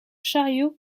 chariot